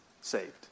saved